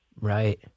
Right